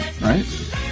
right